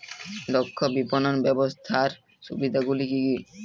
দক্ষ বিপণন ব্যবস্থার সুবিধাগুলি কি কি?